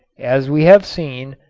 as we have seen,